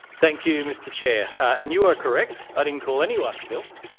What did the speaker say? thank you, mr chair, and you are correct. i didn't call anyone filth.